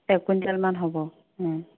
এক কুইণ্টেলমান হ'ব